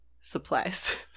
supplies